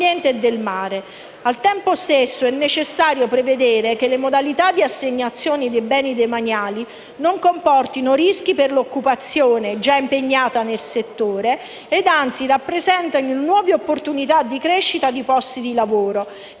Al tempo stesso, è necessario prevedere che le modalità di assegnazione dei beni demaniali non comportino rischi per i lavoratori impegnati nel settore, ma anzi rappresentino nuove opportunità di crescita di posti di lavoro,